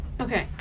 Okay